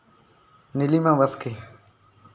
Nilima Baske